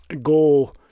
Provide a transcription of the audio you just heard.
go